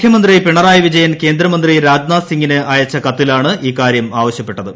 മുഖ്യമന്ത്രി പിണറായി വിജയൻ കേന്ദ്രമന്ത്രി രാജ്നാഥ് സിംഗിന് അയച്ച കത്തിലാണ് ഇക്കാര്യം ആവശ്യപ്പെട്ടത്